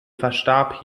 verstarb